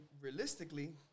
realistically